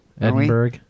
Edinburgh